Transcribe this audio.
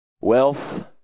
Wealth